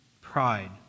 pride